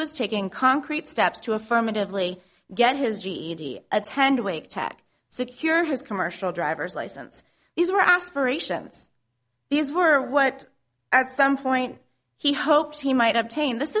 was taking concrete steps to affirmatively get his ged attend wake tech secure his commercial driver's license these were aspirations these were what at some point he hopes he might obtain this